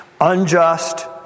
unjust